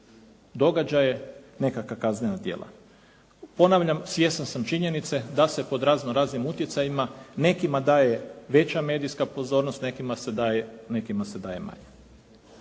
događaje, nekakva kaznena djela. Ponavljam, svjestan sam činjenice da se pod razno raznim utjecajima nekima daje veća medijska pozornost, nekima se daje manja.